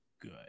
good